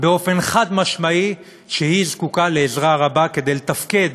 באופן חד-משמעי שהיא זקוקה לעזרה רבה כדי לתפקד